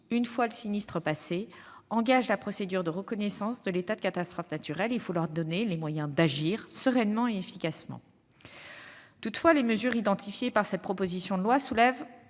une fois le sinistre passé, engagent la procédure de reconnaissance de l'état de catastrophe naturelle. Il faut leur donner les moyens d'agir sereinement et efficacement. Toutefois, les mesures contenues dans cette proposition de loi soulèvent